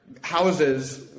houses